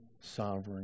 sovereign